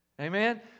Amen